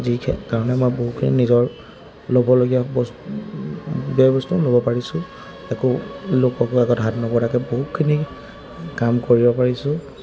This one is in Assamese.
যি কাৰণে মই বহুখিনি নিজৰ ল'বলগীয়া বস্তু বয় বস্তু ল'ব পাৰিছোঁ একো লোককো আগত হাত নপতাকৈ বহুতখিনি কাম কৰিব পাৰিছোঁ